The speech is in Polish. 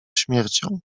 śmiercią